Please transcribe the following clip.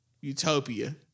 utopia